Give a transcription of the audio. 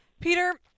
Peter